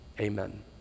Amen